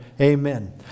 Amen